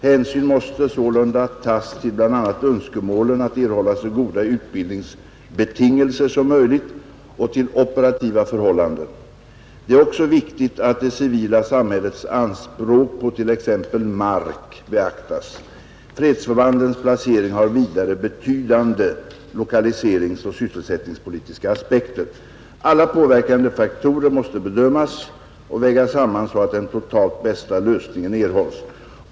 Hänsyn måste sålunda tas till bl.a. önskemålen att erhålla så goda utbildningsbetingelser som möjligt och till operativa förhållanden. Det är också viktigt att det civila samhällets anspråk på t.ex. mark beaktas. Fredsförbandens placering har vidare betydande lokaliseringsoch sysselsättningspolitiska aspekter. Alla påverkande faktorer måste bedömas och vägas samman så att den totalt bästa lösningen erhålls.